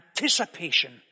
anticipation